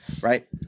right